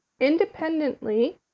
independently